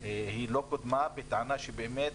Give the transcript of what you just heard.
היא לא קודמה בטענה שבאמת